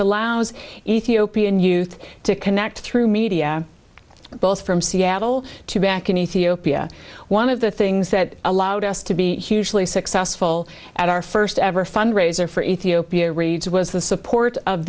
allows ethiopian youth to connect through media both from seattle to back in ethiopia one of the things that allowed us to be hugely successful at our first ever fundraiser for ethiopia reads was the support of